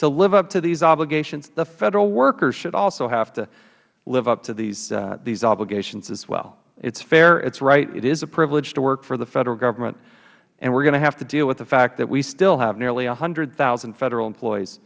to live up to these obligations the federal workers should also have to live up to these obligations as well it is fair and it is right it is a privilege to work for the federal government and we are going to have to deal with the fact that we still have nearly one hundred thousand federal employees